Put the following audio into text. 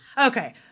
Okay